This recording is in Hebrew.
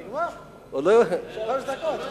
נגמר, שלוש דקות.